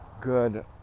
good